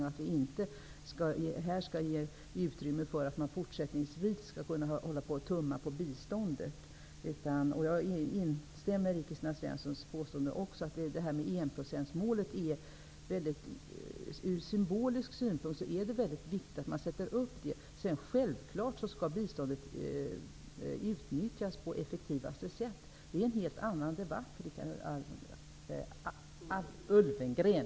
Vi vill slå fast att vi inte skall ge utrymme för att man fortsättningsvis skall kunna tumma på biståndet. Jag instämmer i det Kristina Svensson säger, att enprocentsmålet är viktigt från symbolisk synpunkt. Självfallet skall biståndet utnyttjas på effektivaste sätt. Men det är en helt annan debatt, Richard